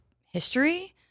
history